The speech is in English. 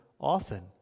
often